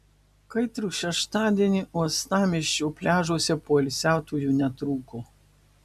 kaitrų šeštadienį uostamiesčio pliažuose poilsiautojų netrūko